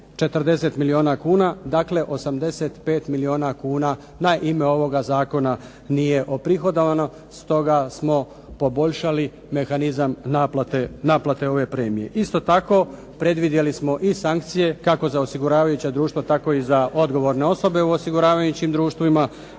40 milijuna kuna, dakle 85 milijuna kuna na ime ovoga zakona nije oprihodovano, stoga smo poboljšali mehanizam naplate ove premije. Isto tako, predvidjeli smo i sankcije, kako za osiguravajuća društva tako i za odgovorne osobe u osiguravajućim društvima